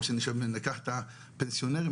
או שניקח את הפנסיונרים,